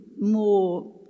more